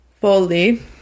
Fully